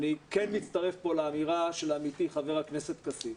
אני כן מצטרף לאמירה של עמיתי חבר הכנסת כסיף.